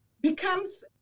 becomes